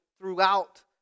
throughout